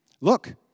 Look